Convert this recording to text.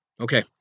Okay